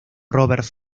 robert